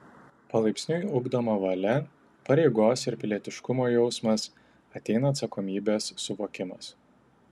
palaipsniui ugdoma valia pareigos ir pilietiškumo jausmas ateina atsakomybės suvokimas